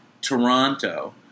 Toronto